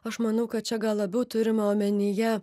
aš manau kad čia gal labiau turima omenyje